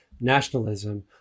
nationalism